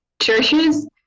churches